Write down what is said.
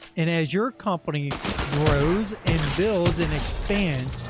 and as your company grows and builds and expands,